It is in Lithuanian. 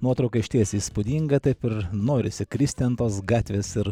nuotrauka išties įspūdinga taip ir norisi kristi ant tos gatvės ir